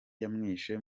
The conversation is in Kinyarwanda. yamwishe